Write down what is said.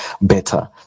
better